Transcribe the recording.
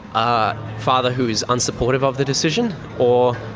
a father who is unsupportive of the decision or,